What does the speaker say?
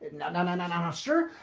now, now, and now sir.